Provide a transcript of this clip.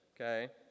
Okay